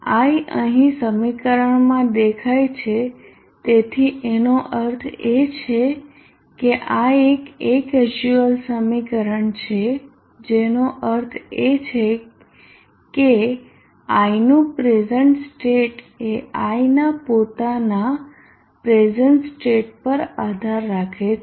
I અહીં સમીકરણમાં દેખાય છે તેથી આનો અર્થ એ છે કે આ એક એકેઝ્યુઅલ સમીકરણ છે જેનો અર્થ એ છે કે i નું પ્રેઝન્ટ સ્ટેટ એ i નાં પોતાના પ્રેઝન્ટ સ્ટેટ પર આધાર રાખે છે